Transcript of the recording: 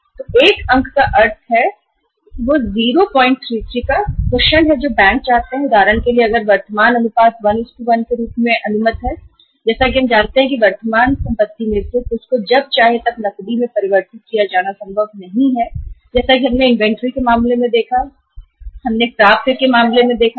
तो 133 में 033 वह कुशन है जो बैंक चाहते हैं कि यदि उदाहरण के लिए वर्तमान अनुपात 11 है तो हम जानते हैं कि कुछ चालू संपत्तियों को नकद में तुरंत परिवर्तित करना संभव नहीं है जैसा कि हमने इन्वेंटरी और प्राप्य के मामले में देखा है